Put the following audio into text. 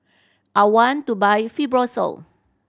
I want to buy Fibrosol